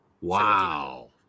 Wow